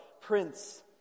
Prince